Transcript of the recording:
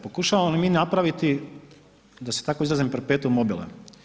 Pokušavamo li mi napraviti da se tako izrazim perpetuum mobile?